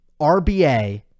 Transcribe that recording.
RBA